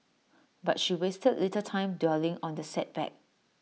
but she wasted little time dwelling on the setback